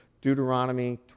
deuteronomy